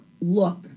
look